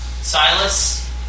Silas